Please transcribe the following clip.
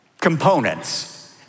components